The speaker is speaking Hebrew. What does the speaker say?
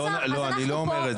לא, אני לא אומר את זה.